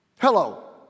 Hello